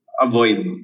avoid